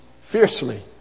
fiercely